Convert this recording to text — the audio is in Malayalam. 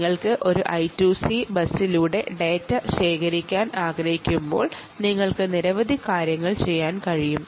നിങ്ങൾ ഒരു I2C ബസ്സിലൂടെ ഡാറ്റ ശേഖരിക്കാൻ ആഗ്രഹിക്കുകയാണെങ്കിൽ നിങ്ങൾക്ക് നിരവധി കാര്യങ്ങൾ ചെയ്യാൻ കഴിയും